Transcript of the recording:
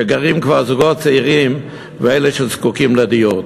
שגרים בהן כבר זוגות צעירים ואלה שזקוקים לדיור.